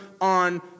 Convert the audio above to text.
on